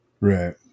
right